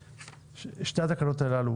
שתי התקנות הללו